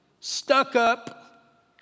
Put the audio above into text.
stuck-up